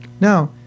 Now